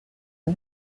est